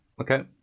Okay